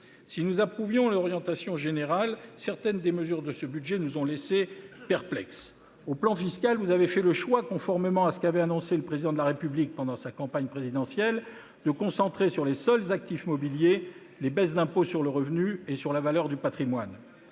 Si nous approuvions l'orientation générale du projet de budget initial, certaines de ses mesures nous ont laissés perplexes. Sur le plan fiscal, vous avez fait le choix, conformément à ce qu'avait annoncé le Président de la République pendant la campagne présidentielle, de concentrer sur les seuls actifs mobiliers les baisses d'impôt sur le revenu et sur la valeur du patrimoine.